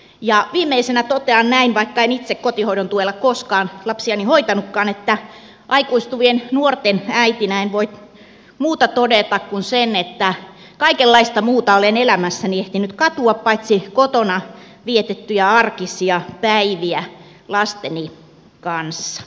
viimeisenä totean näin vaikka en itse kotihoidon tuella koskaan lapsiani hoitanutkaan että aikuistuvien nuorten äitinä en voi muuta todeta kuin sen että kaikenlaista muuta olen elämässäni ehtinyt katua paitsi kotona vietettyjä arkisia päiviä lasteni kanssa heidän lapsuusvuosiensa aikana